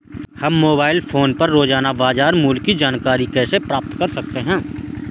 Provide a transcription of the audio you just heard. हम mobile phone पर रोजाना बाजार मूल्य की जानकारी कैसे प्राप्त कर सकते हैं?